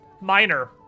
minor